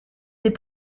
des